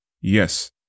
Yes